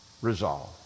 Resolve